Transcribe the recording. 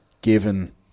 Given